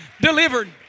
delivered